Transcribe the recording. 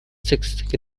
sixth